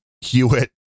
hewitt